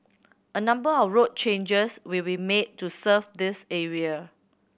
a number of road changes will be made to serve this area